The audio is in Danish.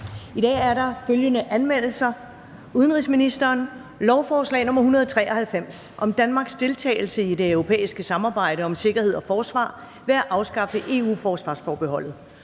I dag er der følgende anmeldelser: Udenrigsministeren (Jeppe Kofod): Lovforslag nr. L 193 (Forslag til lov om Danmarks deltagelse i det europæiske samarbejde om sikkerhed og forsvar ved at afskaffe EU-forsvarsforbeholdet)